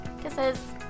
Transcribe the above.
Kisses